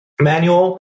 manual